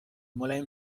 ملایم